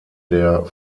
der